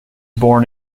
born